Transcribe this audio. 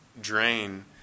drain